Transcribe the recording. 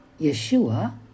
Yeshua